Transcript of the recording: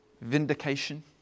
vindication